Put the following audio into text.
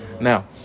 Now